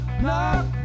knock